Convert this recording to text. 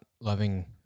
loving